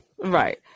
right